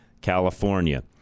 California